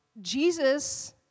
Jesus